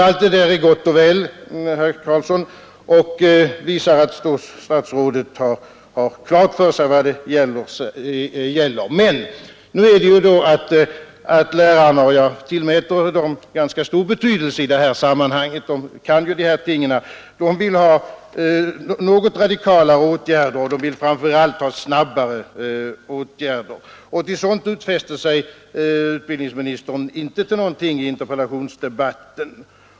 Allt det där är gott och väl, herr Carlsson, och visar att statsrådet har klart för sig vad det gäller. Men lärarna — och jag tillmäter dem stor betydelse i det här sammanhanget; de kan ju de här tingen — vill ha något radikalare åtgärder och framför allt snabbare. Utbildningsministern utfäste sig inte till någonting sådant i interpellationsdebatten.